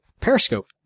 Periscope